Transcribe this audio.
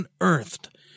unearthed